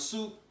Soup